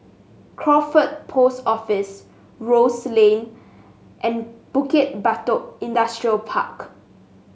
Crawford Post Office Rose Lane and Bukit Batok Industrial Park